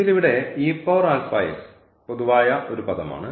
ഇതിൽ ഇവിടെ പൊതുവായ ഒരു പദമാണ്